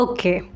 Okay